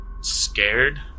scared